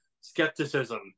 skepticism